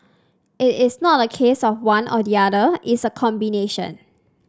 it is not a case of one or the other it's a combination